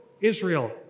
Israel